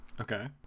okay